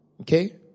Okay